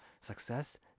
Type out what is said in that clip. success